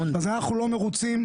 אז אנחנו לא מרוצים,